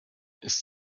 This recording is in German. ist